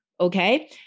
Okay